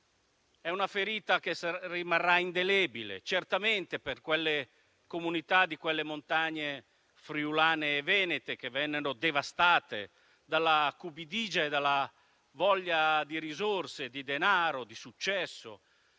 È una ferita che rimarrà indelebile, certamente per le comunità di quelle montagne friulane e venete che vennero devastate dalla cupidigia e dalla voglia di risorse, di denaro, di successo,